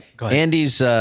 Andy's –